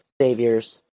saviors